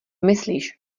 myslíš